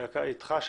אם היא אתך,